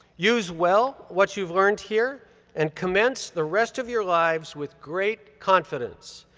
use well what you've learned here and commence the rest of your lives with great confidence.